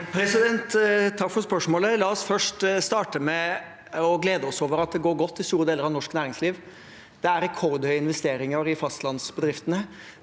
Takk for spørsmålet. La oss først starte med å glede oss over at det går godt i store deler av norsk næringsliv. Det er rekordhøye investeringer i fastlandsbedriftene.